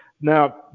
Now